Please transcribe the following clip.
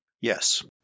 Yes